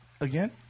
Again